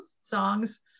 songs